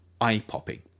eye-popping